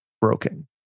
broken